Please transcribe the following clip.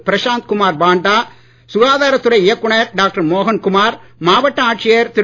பிரசாந்த் குமார் பாண்டா சுகாதாரத் துறை இயக்குனர் டாக்டர் மோகன்குமார் மாவட்ட ஆட்சியர் திரு